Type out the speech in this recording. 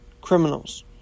criminals